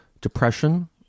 depression